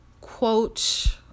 quote